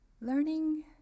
Learning